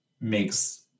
makes